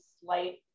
slight